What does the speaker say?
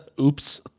Oops